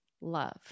love